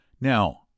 Now